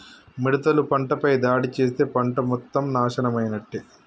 మిడతలు పంటపై దాడి చేస్తే పంట మొత్తం నాశనమైనట్టే